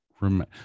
remember